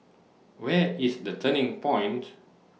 Where IS The Turning Point